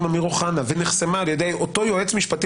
אמיר אוחנה ונחסמה על-ידי אותו יועץ משפטי